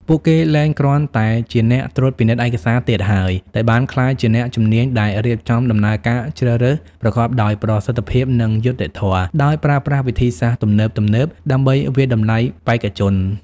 ពួកគេលែងគ្រាន់តែជាអ្នកត្រួតពិនិត្យឯកសារទៀតហើយ តែបានក្លាយជាអ្នកជំនាញដែលរៀបចំដំណើរការជ្រើសរើសប្រកបដោយប្រសិទ្ធភាព និងយុត្តិធម៌ ដោយប្រើប្រាស់វិធីសាស្ត្រទំនើបៗដើម្បីវាយតម្លៃបេក្ខជន។